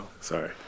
Sorry